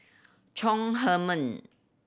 Chong Heman